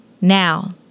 Now